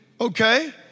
okay